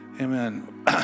Amen